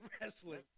wrestling